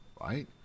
right